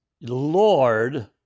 Lord